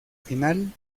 final